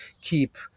keep